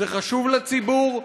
זה חשוב לציבור,